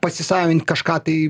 pasisavint kažką tai